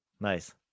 nice